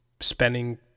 spending